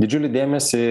didžiulį dėmesį